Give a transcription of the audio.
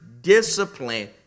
discipline